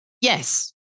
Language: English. Yes